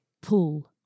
pool